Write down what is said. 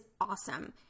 awesome